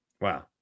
Wow